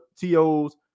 TOs